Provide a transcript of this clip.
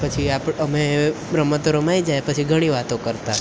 પછી આપણે અમે રમતો રમાઈ જાય પછી ઘણી વાતો કરતા